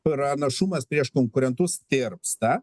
pranašumas prieš konkurentus tirpsta